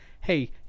hey